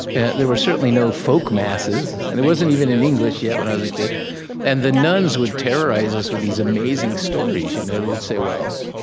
and there were certainly no folk masses. and it wasn't even in english yet, when i was a kid and the nuns would terrorize us with these amazing stories. you know they'd say, well,